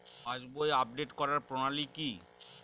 পাসবই update করার প্রণালী কি?